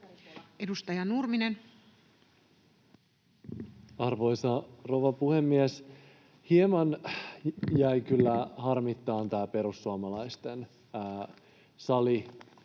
20:53 Content: Arvoisa rouva puhemies! Hieman jäi kyllä harmittamaan tämä perussuomalaisten